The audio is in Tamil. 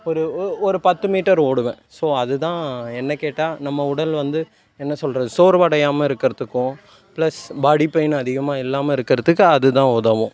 ஒரு ஒரு பத்து மீட்டர் ஓடுவேன் ஸோ அதுதான் என்ன கேட்டால் நம்ம உடல் வந்து என்ன சொல்கிறது சோர்வடையாமல் இருக்கிறத்துக்கும் ப்ளஸ் பாடி பெயின் அதிகமாக இல்லாமல் இருக்கிறத்துக்கு அதுதான் உதவும்